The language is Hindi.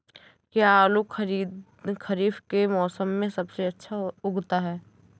क्या आलू खरीफ के मौसम में सबसे अच्छा उगता है?